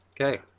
Okay